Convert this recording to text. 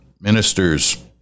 Ministers